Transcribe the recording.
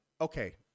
okay